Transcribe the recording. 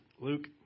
Luke